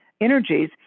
energies